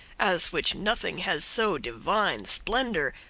as which nothing has so divine splendor,